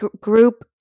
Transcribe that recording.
group